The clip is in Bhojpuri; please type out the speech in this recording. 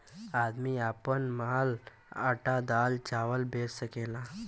आदमी आपन माल आटा दाल चावल बेच सकेला